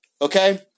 Okay